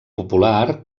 popular